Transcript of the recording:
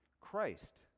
Christ